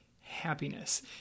happiness